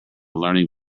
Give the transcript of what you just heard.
learning